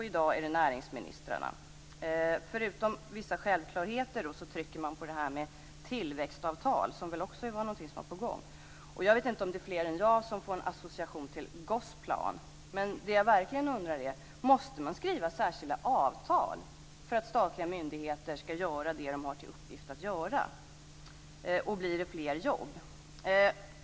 Och i dag är det näringsministrarna som redovisar näringspolitiken. Förutom vissa självklarheter trycker de på tillväxtavtalen, som väl också är något som är på gång. Jag vet inte om det är fler än jag som får en association till Gosplan. Men det som jag verkligen undrar är: Måste man skriva särskilda avtal för att statliga myndigheter skall göra det som de har till uppgift att göra? Och blir det fler jobb?